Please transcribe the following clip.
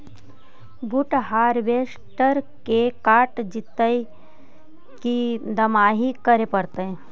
बुट हारबेसटर से कटा जितै कि दमाहि करे पडतै?